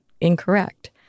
incorrect